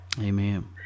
Amen